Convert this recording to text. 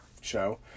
show